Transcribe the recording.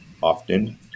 often